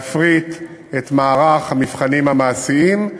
להפריט את מערך המבחנים המעשיים,